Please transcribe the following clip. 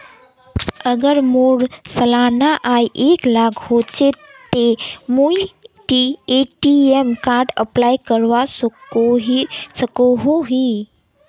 अगर मोर सालाना आय एक लाख होचे ते मुई ए.टी.एम कार्ड अप्लाई करवा सकोहो ही?